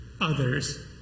others